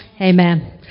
Amen